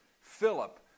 Philip